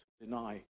deny